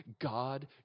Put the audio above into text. God